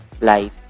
life